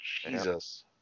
Jesus